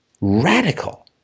radical